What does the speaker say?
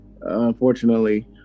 unfortunately